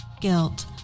guilt